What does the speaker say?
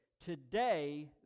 today